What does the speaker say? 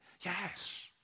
Yes